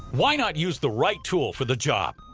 why not use the right tool for the job?